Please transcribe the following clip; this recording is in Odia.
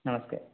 ନମସ୍କାର